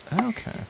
Okay